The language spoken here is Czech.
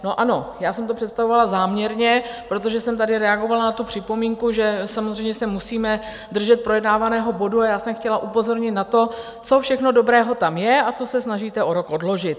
No ano, já jsem to představovala záměrně, protože jsem tady reagovala na tu připomínku, že samozřejmě se musíme držet projednávaného bodu, a já jsem chtěla upozornit na to, co všechno dobrého tam je a co se snažíte o rok odložit.